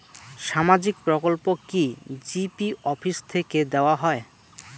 সামাজিক প্রকল্প কি জি.পি অফিস থেকে দেওয়া হয়?